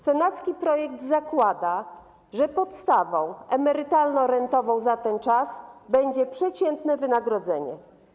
Senacki projekt zakłada, że podstawą emerytalno-rentową za ten czas będzie przeciętne wynagrodzenie.